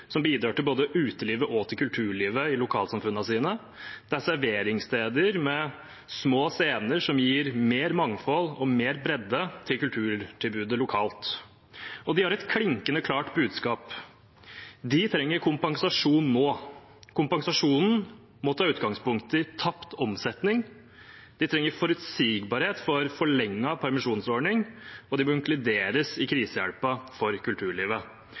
som bidrar til både utelivet og kulturlivet i lokalsamfunnene sine. Det er serveringssteder med små scener, som gir mer mangfold og mer bredde til kulturtilbudet lokalt. De har et klinkende klart budskap: De trenger kompensasjon nå. Kompensasjonen må ta utgangspunkt i tapt omsetning, de trenger forutsigbarhet for forlenget permisjonsordning, og de må inkluderes i krisehjelpen for kulturlivet.